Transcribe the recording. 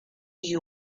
you